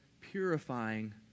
purifying